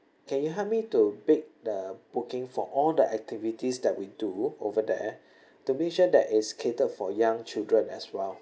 can you help me to make the booking for all the activities that we do over there to make sure that is catered for young children as well